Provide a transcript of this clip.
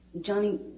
Johnny